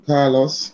Carlos